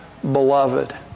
beloved